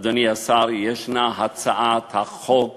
אדוני השר, יש הצעת החוק